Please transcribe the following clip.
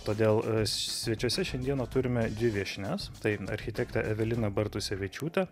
todėl svečiuose šiandieną turime dvi viešnias tai architektai evelina bartusevičiūtė